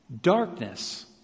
Darkness